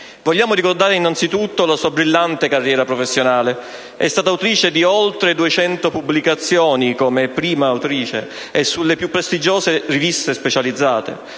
Vogliamo ricordare innanzi tutto la sua brillante carriera professionale. È stata autrice di oltre 200 pubblicazioni, come prima autrice, e sulle più prestigiose riviste specializzate.